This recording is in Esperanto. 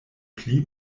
pli